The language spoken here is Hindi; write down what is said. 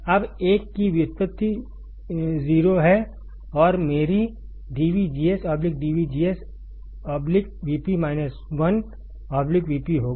अब 1 की व्युत्पत्ति 0 है और मेरी dVGS dVGS Vp 1 Vp होगा